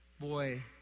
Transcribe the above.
Boy